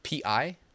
PI